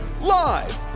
Live